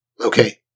Okay